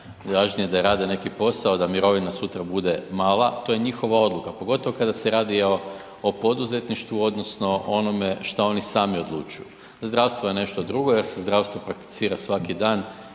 važnije da rade neki posao, da mirovina sutra bude mala, to je njihova odluka pogotovo kada se radi o poduzetništvu odnosno onome šta oni sami odlučuju. Zdravstvo je nešto drugo jer se zdravstvo prakticira svaki dan